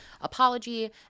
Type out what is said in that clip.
apology